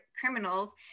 criminals